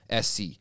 SC